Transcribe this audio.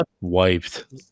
wiped